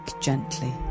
gently